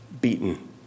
beaten